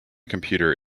computer